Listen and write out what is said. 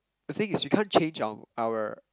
the thing is we can't change our our